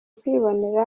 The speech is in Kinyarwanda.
kwibonera